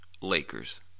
Lakers